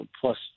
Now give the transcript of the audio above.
plus